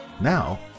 Now